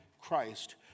Christ